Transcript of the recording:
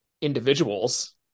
individuals